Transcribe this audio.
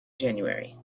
january